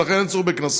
ולכן אין צורך בקנסות.